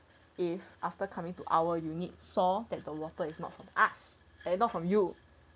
if after coming to our unit saw that the water is not from us eh not from you